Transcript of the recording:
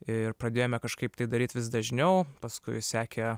ir pradėjome kažkaip tai daryt vis dažniau paskui sekė